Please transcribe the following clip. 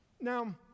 now